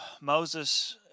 Moses